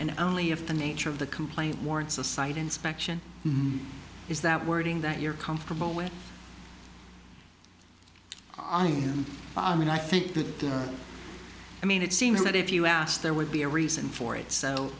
and only if the nature of the complaint warrants a site inspection is that wording that you're comfortable with i mean i think that i mean it seems that if you asked there would be a reason for it so